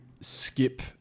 skip